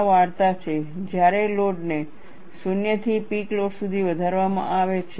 આ વાર્તા છે જ્યારે લોડને 0 થી પીક લોડ સુધી વધારવામાં આવે છે